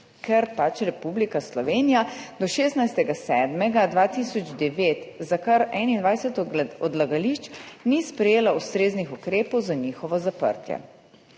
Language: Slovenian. ker Republika Slovenija do 16. 7. 2009 za kar 21 odlagališč ni sprejela ustreznih ukrepov za njihovo zaprtje.